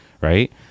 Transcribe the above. Right